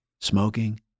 smoking